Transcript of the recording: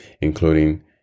including